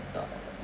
tak